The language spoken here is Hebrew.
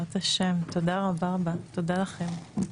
בעזרת ה', תודה רבה, תודה לכם.